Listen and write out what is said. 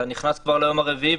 אתה נכנס כבר ליום הרביעי,